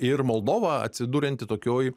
ir moldova atsidurianti tokioj